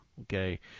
Okay